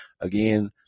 again